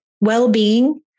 well-being